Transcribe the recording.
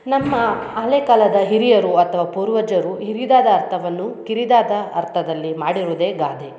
ನಮ್ಮ ಹಳೆಕಾಲದ ಹಿರಿಯರು ಅಥವಾ ಪೂರ್ವಜರು ಹಿರಿದಾದ ಅರ್ಥವನ್ನು ಕಿರಿದಾದ ಅರ್ಥದಲ್ಲಿ ಮಾಡಿರುವುದೇ ಗಾದೆ